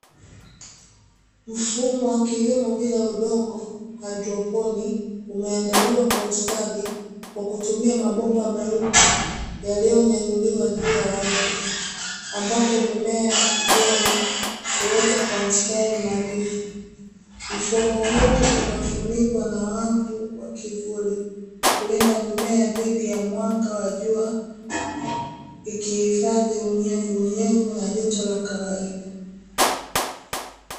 Mfumo wa kilimo bila udongo (haidroponi), umeandaliwa kwa ustadi kwa kutumia mabomba meupe yaliyonyanyuliwa juu ya ardhi, ambapo mimea ya kijani huota kwa mstari nadhifu. Mfumo huu umefunikwa na wavu wa kivuli kulinda mimea dhidi ya mwanga wa jua, ikihifadhi unyevuunyevu na joto la kawaida.